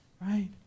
Right